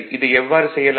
சரி இதை எவ்வாறு செய்யலாம்